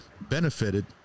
benefited